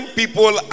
people